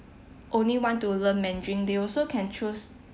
only want to learn mandarin they also can choose